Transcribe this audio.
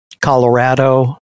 Colorado